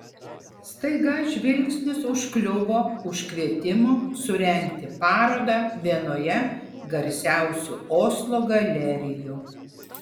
staiga žvilgsnis užkliuvo už kvietimo surengti parodą vienoje garsiausių oslo galerijų